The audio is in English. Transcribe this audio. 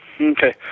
Okay